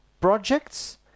projects